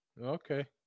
Okay